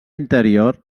interior